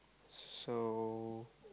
so